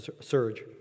surge